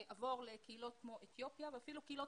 עבור לקהילות כמו אתיופיה ואפילו קהילות